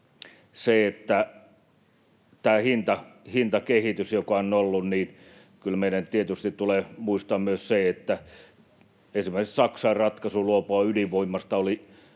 edelleen. Tämän hintakehityksen osalta, joka on ollut, meidän kyllä tietysti tulee muistaa myös se, että esimerkiksi Saksan ratkaisu luopua ydinvoimasta oli